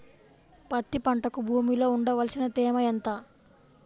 పత్తి పంటకు భూమిలో ఉండవలసిన తేమ ఎంత?